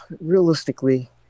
realistically